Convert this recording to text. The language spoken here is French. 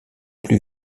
plus